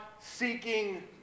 seeking